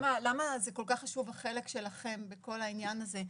למה זה כל כך חשוב החלק שלכם בכל העניין הזה.